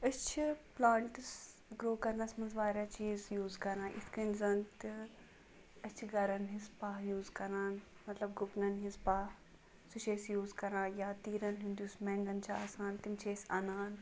أسۍ چھِ plants grow کَرنَس منٛز واریاہ چیٖز یوٗز کَران یِتھ کٔنۍ زَن تہِ أسۍ چھِ گَرَن ہِنٛز پَہہ یوٗز کَران مطلب گُپنَن ہِنٛز پَہہ سُہ چھِ أسۍ یوٗز کَران یا تیٖرَن ہُنٛد یُس مٮ۪نٛگَن چھِ آسان تِم چھِ أسۍ اَنان